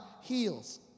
heals